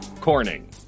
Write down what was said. Corning